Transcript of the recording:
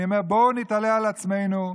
אני אומר: בואו נתעלה על עצמנו,